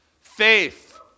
Faith